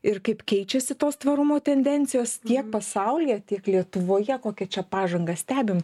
ir kaip keičiasi tos tvarumo tendencijos tiek pasaulyje tiek lietuvoje kokią čia pažangą stebim